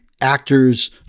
actors